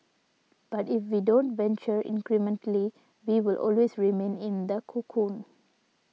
but if we don't venture incrementally we will always remain in the cocoon